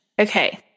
Okay